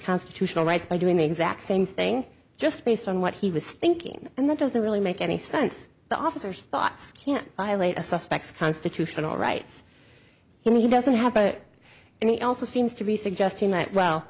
constitutional rights by doing the exact same thing just based on what he was thinking and that doesn't really make any sense the officers thoughts can't violate a suspect constitutional rights he doesn't have and he also seems to be suggesting that well